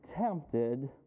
tempted